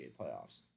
playoffs